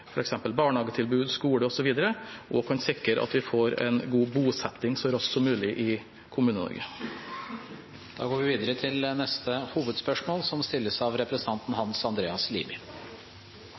barnehagetilbud, skoletilbud, osv., kan sikre at vi får en god bosetting så raskt som mulig i Kommune-Norge. Vi går videre til neste hovedspørsmål.